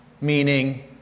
Meaning